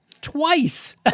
twice